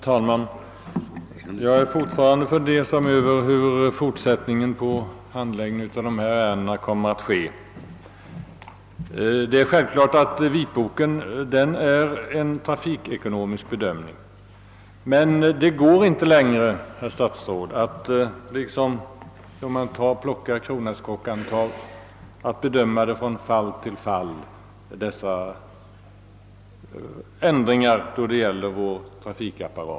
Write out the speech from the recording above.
Herr talman! Jag är fortfarande fundersam över hur handläggningen av dessa ärenden kommer att ske i fortsättningen. Det är självklart att vitboken är en trafikekonomisk bedömning. Men det går inte längre, herr statsrådet, att — liksom när man plockar en kron ärtskocka — från fall till fall bedöma dessa ändringar i trafikapparaten.